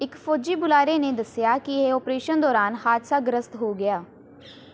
ਇਕ ਫੌਜੀ ਬੁਲਾਰੇ ਨੇ ਦੱਸਿਆ ਕਿ ਇਹ ਆਪ੍ਰੇਸ਼ਨ ਦੌਰਾਨ ਹਾਦਸਾ ਗ੍ਰਸਤ ਹੋ ਗਿਆ